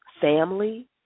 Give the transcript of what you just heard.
family